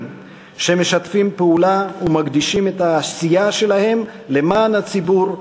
שמשתפים פעולה ומקדישים את העשייה שלהם למען הציבור,